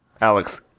Alex